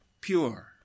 pure